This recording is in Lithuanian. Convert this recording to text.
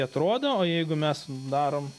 atrodo o jeigu mes darom